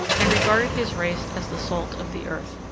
and regarded his race as the salt of the earth.